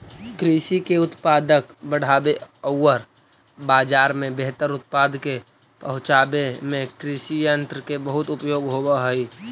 कृषि के उत्पादक बढ़ावे औउर बाजार में बेहतर उत्पाद के पहुँचावे में कृषियन्त्र के बहुत उपयोग होवऽ हई